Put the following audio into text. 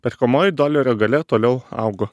perkamoji dolerio galia toliau augo